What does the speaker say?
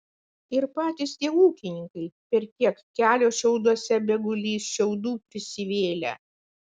ir patys tie ūkininkai per tiek kelio šiauduose begulį šiaudų prisivėlę